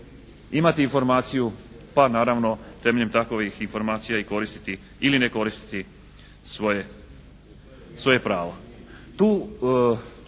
imati informaciju, pa naravno temeljem takovih informacija koristiti ili ne koristiti svoje pravo.